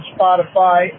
Spotify